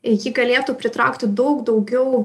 ji galėtų pritraukti daug daugiau